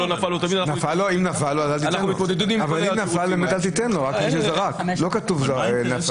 אנחנו מתמודדים עם דברים --- אבל מה האינטרס